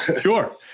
Sure